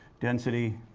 density,